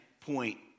point